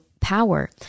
power